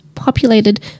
Populated